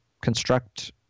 construct